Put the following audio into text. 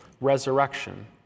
resurrection